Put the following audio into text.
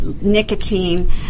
nicotine